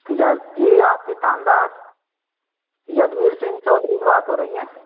yes जी आपके थानेदार यदुवीर सिंह चौधरी से बात हो रहीं हैं